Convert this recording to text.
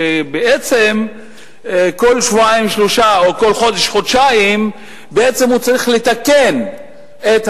כאשר בעצם כל